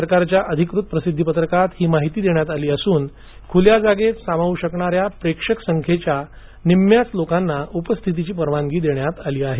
सरकारच्या अधिकृत प्रसिद्धी पत्रकात ही माहिती देण्यात आली असून खुल्या जागेत सामावू शकणाऱ्या प्रेक्षक संख्येच्या निम्म्याच लोकांना उपस्थितीची परवानगी देण्यात आली आहे